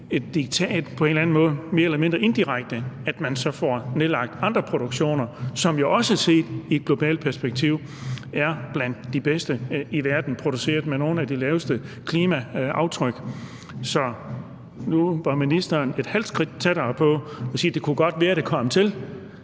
et diktat om, at man så får nedlagt andre produktioner, som jo også set i et globalt perspektiv er blandt de bedste i verden og produceret med nogle af de laveste klimaaftryk. Nu kom ministeren et halvt skridt tættere på at sige, at det kunne godt være, at det kom til